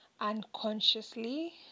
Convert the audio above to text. unconsciously